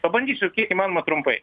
pabandysiu kiek įmanoma trumpai